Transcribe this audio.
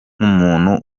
nk’umuntu